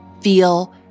feel